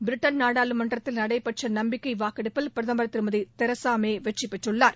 Britain நாடாளுமன்றத்தில் நடைபெற்ற நம்பிக்கை வாக்கெடுப்பில் பிரதமர் திருமதி தெரசா மே வெற்றி பெற்றுள்ளார்